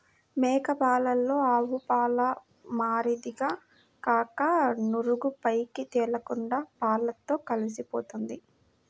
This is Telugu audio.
మేక పాలలో ఆవుపాల మాదిరిగా కాక నురుగు పైకి తేలకుండా పాలతో కలిసిపోతుంది